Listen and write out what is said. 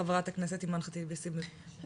חברת הכנסת אימאן חטיב יאסין, בבקשה.